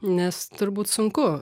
nes turbūt sunku